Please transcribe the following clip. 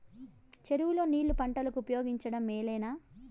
చెరువు లో నీళ్లు పంటలకు ఉపయోగించడం మేలేనా?